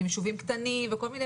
יישובים קטנים וכל מיני,